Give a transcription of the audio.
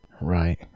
Right